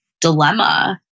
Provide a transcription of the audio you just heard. dilemma